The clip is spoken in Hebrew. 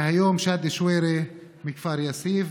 והיום שאדי שווירי מכפר יאסיף.